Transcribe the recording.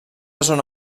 zona